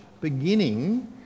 beginning